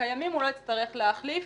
הקיימים הוא לא יצטרך להחליף